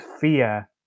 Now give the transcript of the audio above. fear